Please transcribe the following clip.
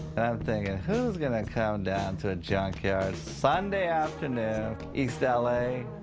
and i'm thinking whose gonna come down to a junkyard sunday afternoon ah east l a.